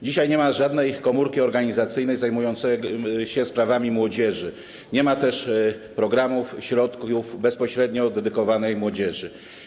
Dzisiaj nie ma żadnej komórki organizacyjnej zajmującej się sprawami młodzieży, nie ma też programów, środków bezpośrednio dedykowanych młodzieży.